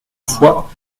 foix